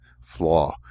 flaw